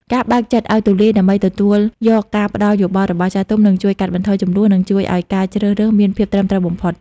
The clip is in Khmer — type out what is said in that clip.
ការបើកចិត្តឱ្យទូលាយដើម្បីទទួលយកការផ្ដល់យោបល់របស់ចាស់ទុំ នឹងជួយកាត់បន្ថយជម្លោះ និងជួយឱ្យការជ្រើសរើសមានភាពត្រឹមត្រូវបំផុត។